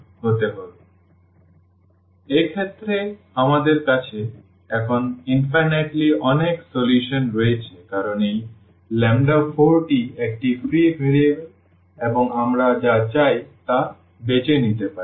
সুতরাং এক্ষেত্রে আমাদের কাছে এখন অসীম অনেক সমাধান রয়েছে কারণ এই 4 টি একটি ফ্রি ভেরিয়েবল এবং আমরা যা চাই তা বেছে নিতে পারি